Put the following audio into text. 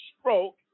stroke